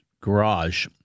garage